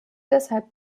deshalb